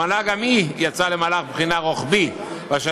המל"ג גם היא יצאה למהלך בחינה רוחבי באשר